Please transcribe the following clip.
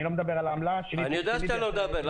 אני לא מדבר על העמלה --- אני יודע שאתה לא מדבר,